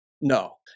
No